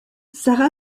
sara